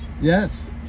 yes